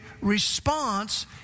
response